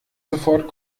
sofort